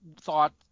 thought